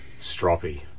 Stroppy